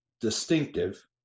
distinctive